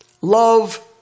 love